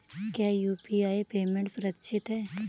क्या UPI payment सुरक्षित है?